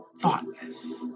Thoughtless